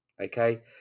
Okay